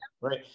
Right